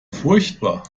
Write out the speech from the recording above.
furchtbar